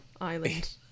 island